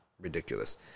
Ridiculous